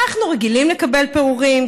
אנחנו רגילים לקבל פירורים.